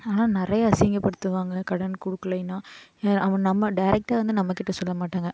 ஆனால் நிறையா அசிங்கப்படுத்துவாங்க கடன் கொடுக்கலைனா அவன் நம்ம டைரெக்டா வந்து நம்மக்கிட்ட சொல்ல மாட்டாங்க